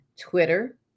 Twitter